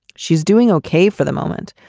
she's doing okay for the moment,